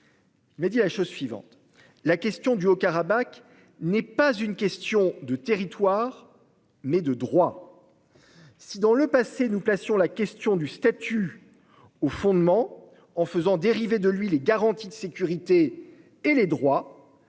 Ararat Mirzoyan :« La question du Haut-Karabakh n'est pas une question de territoire, mais de droit. Si, dans le passé, nous placions la question du statut au fondement, en faisant dériver de lui les garanties de sécurité et les droits,